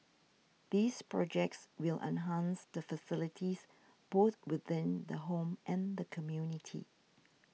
these projects will enhance the facilities both within the home and the community